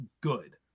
good